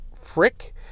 Frick